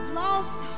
lost